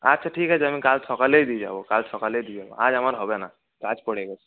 আচ্ছা ঠিক আছে আমি কাল সকালেই দিয়ে যাব কাল সকালেই দিয়ে যাব আজ আমার হবে না কাজ পড়ে গেছে